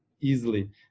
easily